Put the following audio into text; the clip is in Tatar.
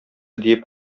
диеп